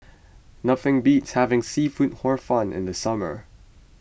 nothing beats having Seafood Hor Fun in the summer